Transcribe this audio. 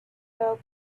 fell